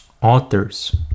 authors